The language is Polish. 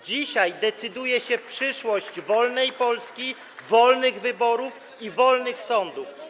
Dzisiaj decyduje się przyszłość wolnej Polski, wolnych wyborów i wolnych sądów.